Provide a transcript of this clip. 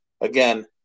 Again